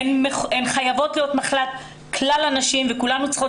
הן חייבות להיות נחלת כלל הנשים וכולנו צריכות